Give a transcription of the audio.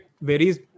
varies